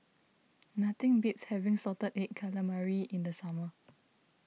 nothing beats having Salted Egg Calamari in the summer